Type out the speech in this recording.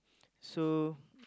so